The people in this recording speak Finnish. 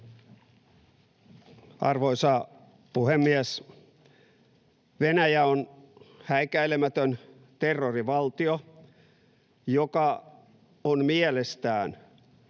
Arvoisa puhemies! Venäjä on häikäilemätön terrorivaltio, joka on mielestään